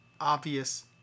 obvious